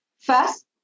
First